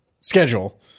schedule